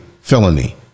felony